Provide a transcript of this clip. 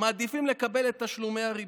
הם מעדיפים לקבל את תשלומי הריבית.